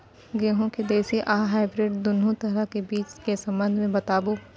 गेहूँ के देसी आ हाइब्रिड दुनू तरह के बीज के संबंध मे बताबू?